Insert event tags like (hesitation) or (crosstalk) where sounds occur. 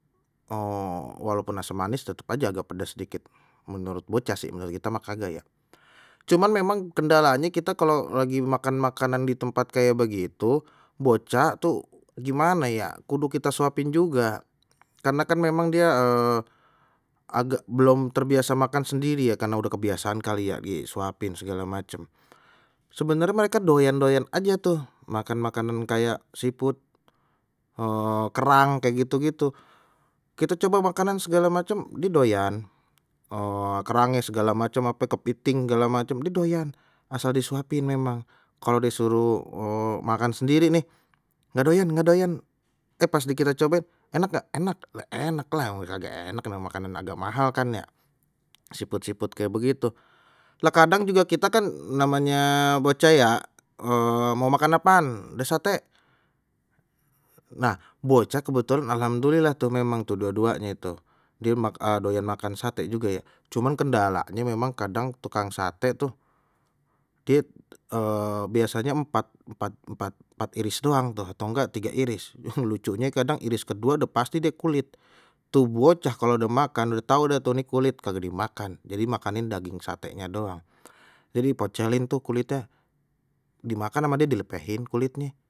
Walaupun asem manis tetep aja agak pedas dikit menurut bocah sih menurut kita mah kagak ya, cuman memang kendalanya kita kalau lagi makan makanan di tempat kayak begitu, bocah tuh gimana ya kudu kita suapin juga. Karena kan memang dia (hesitation) agak belum terbiasa makan sendiri ya karena udah kebiasaan kali ya disuapin segala macam, sebenarnya mereka doyan doyan aja tuh makan makanan kayak siput (hesitation) kerang kayak gitu-gitu, kita coba makanan segala macam die doyan (hesitation) kerangnye segala macam ape kepiting segala macam dia doyan asal disuapin memang. Kalau disuruh makan uh sendiri nih nggak doyan nggak doyan, eh pas dikita coba enak nggak, enak lha enak lah masa kagak enak nama makanan agak mahal kan ya siput-siput kayak begitu, lha kadang juga kita kan namanya bocah yak (hesitation) mau makan apaan dah sate, nah bocah kebetulan alhamdulillah tuh memang tuh dua-duanye tuh dia (unintelligible) doyan makan sate juga ya cuman kendalanye memang kadang tukang sate tuh, die (hesitation) biasanye empat empat empat iris doang tuh atau enggak tiga iris yang lucunya kadang iris kedua udah pasti deh kulit, tuh bocah kalau udah makan udah tahu dah tahu nih kulit kagak di makan jadi makanin daging satenya doang jadi pocelin tuh kulitnye dimakan ama die dilepehin kulitnye.